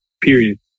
Period